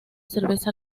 cerveza